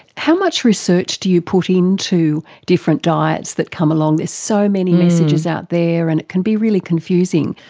how much research do you put in to different diets that come along? there's so many messages out there, and it can be really confusing.